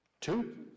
two